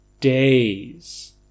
days